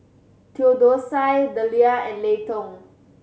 Theodosia Deliah and Layton